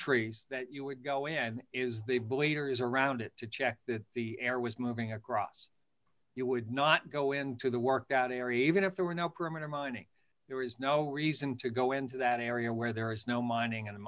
entries that you would go in is the bleeders around it to check that the air was moving across you would not go into the workout area even if there were no perimeter mining there is no reason to go into that area where there is no mining and